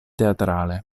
teatrale